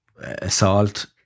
assault